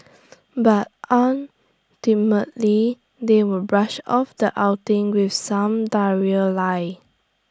but ultimately they will brush off the outing with some diarrhoea lie